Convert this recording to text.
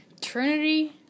Trinity